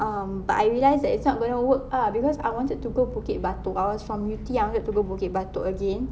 um but I realised that it's not going to work ah because I wanted to go bukit batok I was from yew tee I wanted to go bukit batok again